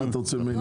מה אתה רוצה ממני?